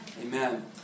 Amen